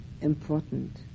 important